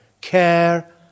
care